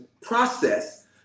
process